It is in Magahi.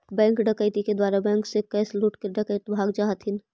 बैंक डकैती के द्वारा बैंक से कैश लूटके डकैत भाग जा हथिन